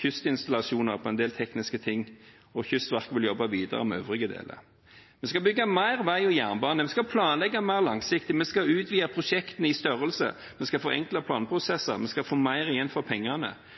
kystinstallasjoner på en del tekniske ting, og Kystvakten vil jobbe videre med øvrige deler. Vi skal bygge mer vei og jernbane. Vi skal planlegge mer langsiktig. Vi skal utvide prosjektene i størrelse. Vi skal forenkle planprosessene. Vi skal få mer igjen for pengene.